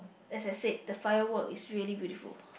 as I said the firework is really beautiful